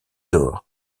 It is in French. d’or